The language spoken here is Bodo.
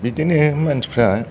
बिदिनो मानसिफ्रा